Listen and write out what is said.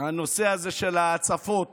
הנושא הזה של ההצפות